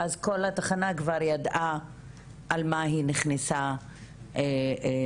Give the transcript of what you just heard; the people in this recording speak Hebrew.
ואז כל התחנה כבר ידעה על מה היא נכנסה להתלונן.